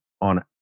on